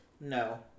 No